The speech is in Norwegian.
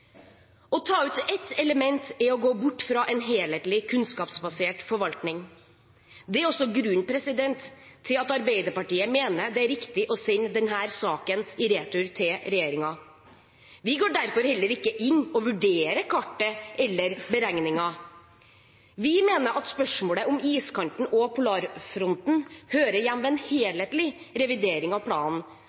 Å ta ut ett element er å gå bort fra en helhetlig, kunnskapsbasert forvaltning. Det er også grunnen til at Arbeiderpartiet mener det er riktig å sende denne saken i retur til regjeringen. Vi går derfor heller ikke inn og vurderer kartet eller beregningen. Vi mener at spørsmålet om iskanten og polarfronten hører hjemme i en helhetlig revidering av planen,